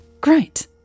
Great